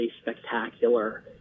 spectacular